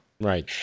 right